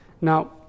Now